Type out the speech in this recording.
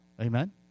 Amen